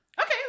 Okay